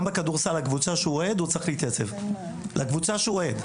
הוא צריך להתייצב גם לקבוצה שהוא אוהד בכדורסל.